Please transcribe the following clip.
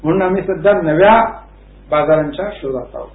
म्हणुनच आम्ही सध्या नव्या बाजारांच्या शोधात आहोत